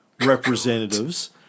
representatives